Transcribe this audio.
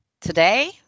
Today